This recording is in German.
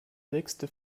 sechste